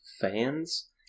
fans